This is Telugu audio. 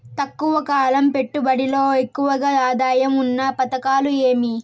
తక్కువ కాలం పెట్టుబడిలో ఎక్కువగా ఆదాయం ఉన్న పథకాలు ఏమి?